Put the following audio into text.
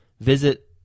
Visit